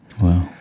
Wow